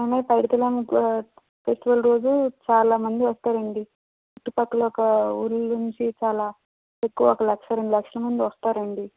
Paiditallamma festival రోజు చాలామంది వస్తారండి చుట్టుపక్కల ఒక ఊరు నుంచి చాలా ఎక్కువ ఒక లక్ష రెండు లక్షల మంది వస్తారండి